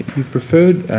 you've referred